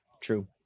true